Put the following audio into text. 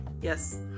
Yes